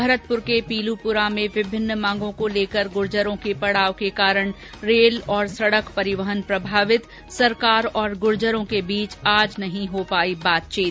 भरतपुर के पीलूपुरा में विभिन्न मांगों को लेकर गुर्जरों के महापडाव के कारण रेल और सड़क परिवहन प्रभावित सरकार और गुर्जरों के बीच आज नहीं हो पाई बातचीत